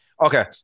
Okay